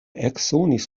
eksonis